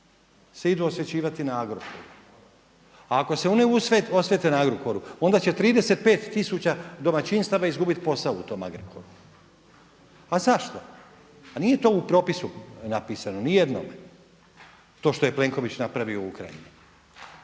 se idu osvećivati na Agrokor. A ako se oni osvete na Agrokoru onda će 35 tisuća domaćinstava izgubiti posao u tom Agrokoru. A zašto? Pa nije to u propisu napisano, ni jedno, to što je Plenković napravio u Ukrajini.